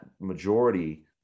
majority